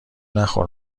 نخور